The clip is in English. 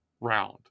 round